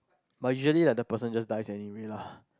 but usually like the person just die anywhere lah